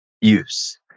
use